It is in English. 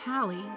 Callie